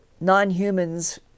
non-humans